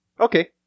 Okay